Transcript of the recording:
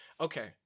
okay